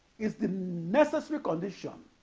is the necessary condition